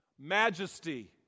majesty